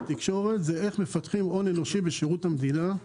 התקשורת זה איך מפתחים הון אנושי בשירות המדינה.